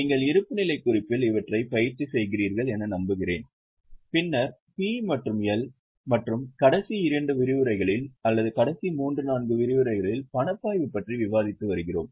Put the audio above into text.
நீங்கள் இருப்புநிலை குறிப்பில் இவற்றை பயிற்சிசெய்கிறீர்கள் என நம்புகிறேன் பின்னர் P மற்றும் L மற்றும் கடைசி இரண்டு விரிவுரைகளில் அல்லது கடைசி 3 4 விரிவுரைகளில் பணப்பாய்வு பற்றி விவாதித்து வருகிறோம்